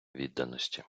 відданості